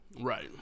Right